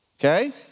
Okay